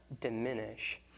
diminish